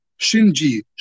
Shinji